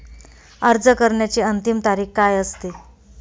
अर्ज करण्याची अंतिम तारीख काय असते?